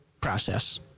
process